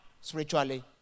spiritually